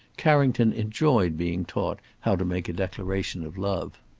carrington enjoyed being taught how to make a declaration of love.